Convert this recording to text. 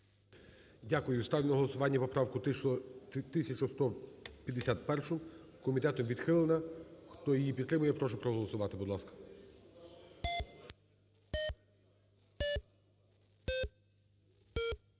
Дякую. Ставлю на голосування поправку 1151. Комітетом відхилена. Хто її підтримує, прошу проголосувати, будь ласка.